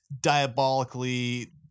diabolically